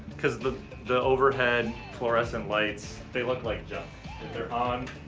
cause the the overhead fluorescent lights, they look like junk. if they're on,